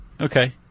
Okay